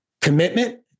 commitment